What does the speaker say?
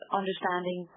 understanding